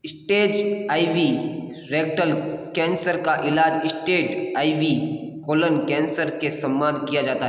stage I V rectal cancer का इलाज़ stage I V colon cancer के समान किया जाता है